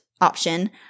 option